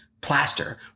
plaster